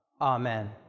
Amen